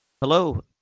hello